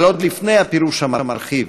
אבל עוד לפני הפירוש המרחיב,